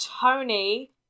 Tony